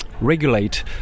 regulate